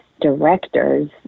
directors